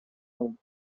room